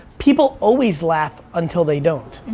people always laugh until they don't.